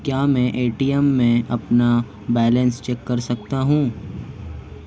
क्या मैं ए.टी.एम में अपना बैलेंस चेक कर सकता हूँ?